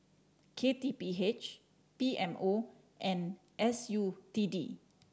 K T P H P M O and S U T D